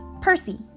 Percy